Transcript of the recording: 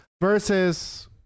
Versus